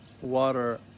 water